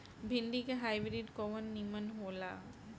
भिन्डी के हाइब्रिड कवन नीमन हो ला?